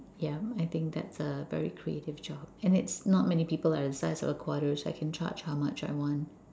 yeah I think that is a very creative job and it's not many people are a size of a quarter so I can charge how much I want